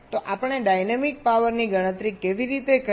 તો આપણે ડાયનેમિક પાવરની ગણતરી કેવી રીતે કરીએ